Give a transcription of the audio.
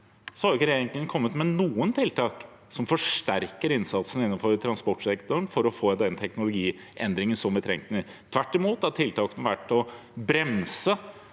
så langt ikke har kommet med noen tiltak som forsterker innsatsen innenfor transportsektoren for å få den teknologiendringen som vi trenger. Tvert imot har tiltakene vært å bremse